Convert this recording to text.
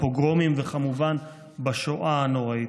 בפוגרומים וכמובן בשואה הנוראית,